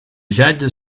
judge